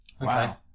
Wow